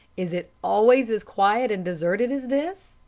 is it always as quiet and deserted as this?